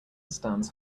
stands